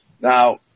Now